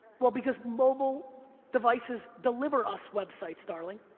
well, because mobile devices deliver us websites, darlin'.